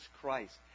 Christ